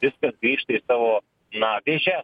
viskas grįžta į savo na vėžes